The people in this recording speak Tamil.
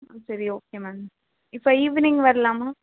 ஆ சரி ஓகே மேம் இப்போ ஈவினிங் வரலாமா